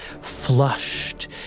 flushed